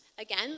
again